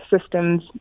systems